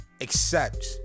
accept